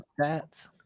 stats